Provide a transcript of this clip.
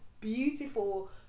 beautiful